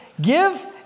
Give